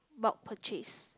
bulk purchase